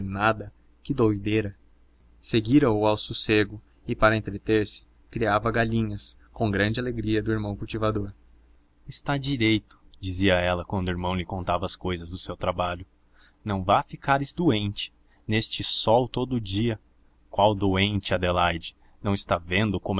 nada que doideira seguira o ao sossego e para entreter se criava galinhas com grande alegria do irmão cultivador está direito dizia ela quando o irmão lhe contava as cousas do seu trabalho não vá ficares doente neste sol todo o dia qual doente adelaide não estás vendo